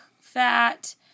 fat